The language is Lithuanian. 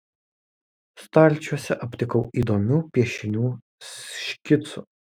stalčiuose aptikau įdomių piešinių škicų